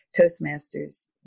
Toastmasters